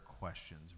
questions